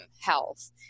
health